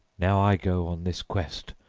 now i go on this quest,